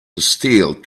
steel